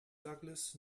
douglas